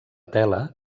tela